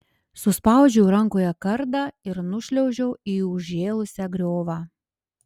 suspaudžiau rankoje kardą ir nušliaužiau į užžėlusią griovą